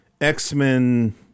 X-Men